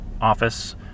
office